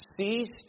ceased